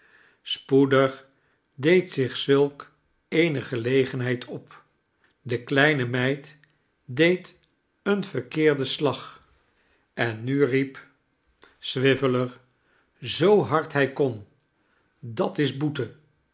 spoedig deed zich zulk eene gelegenheid op de kleine meid deed een verkeerden slag en nu riep swiveller zoo hard hij kon dat is boete